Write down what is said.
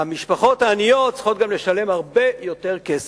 המשפחות העניות צריכות גם לשלם הרבה יותר כסף.